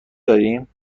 داریم